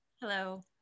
Hello